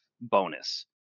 bonus